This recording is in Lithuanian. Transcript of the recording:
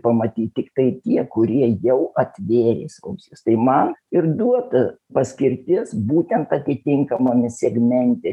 pamatyt tiktai tie kurie jau atvėrę įsiklausys tai man ir duota paskirtis būtent atitinkamame segmente